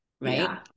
right